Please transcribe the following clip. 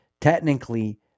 technically